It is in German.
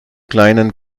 kleinen